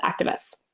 activists